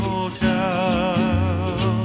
Hotel